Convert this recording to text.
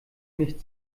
nicht